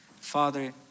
Father